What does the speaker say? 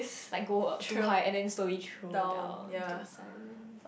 like go uh too high and then it throw down to silent